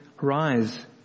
rise